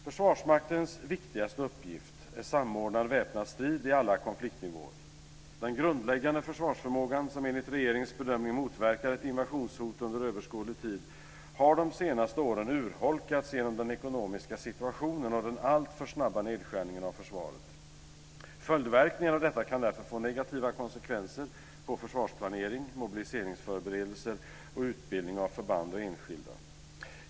Försvarsmaktens viktigaste uppgift är samordnad väpnad strid på alla konfliktnivåer. Den grundläggande försvarsförmågan, som enligt regeringens bedömning motverkar ett invasionshot under överskådlig tid, har de senaste åren urholkats genom den ekonomiska situationen och den alltför snabba nedskärningen av försvaret. Följdverkningarna av detta kan därför få negativa konsekvenser på försvarsplanering, mobiliseringsförberedelser och utbildning av förband och enskilda.